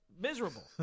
Miserable